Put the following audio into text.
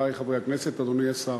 חברי חברי הכנסת, אדוני השר,